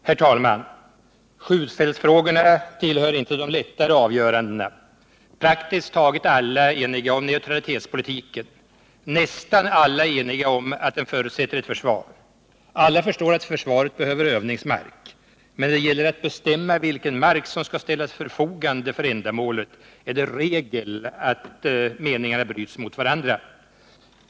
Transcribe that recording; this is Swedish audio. Herr talman! Skjutfältsfrågorna tillhör inte de lättare avgörandena. Praktiskt taget alla är eniga om neutralitetspolitiken. Nästan alla är eniga om att den förutsätter ett försvar. Alla förstår att försvaret behöver övningsmark. Men när det gäller att bestämma vilken mark som skall ställas till förfogande för ändamålet är det regel att meningarna bryts mot varandra.